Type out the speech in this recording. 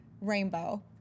rainbow